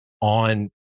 on